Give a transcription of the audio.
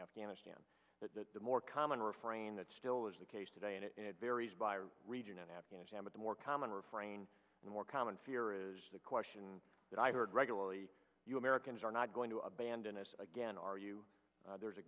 afghanistan the more common refrain that still is the case today and it varies by region in afghanistan but the more common refrain the more common fear is the question that i heard regularly you americans are not going to abandon us again are you there's a